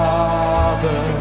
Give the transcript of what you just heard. Father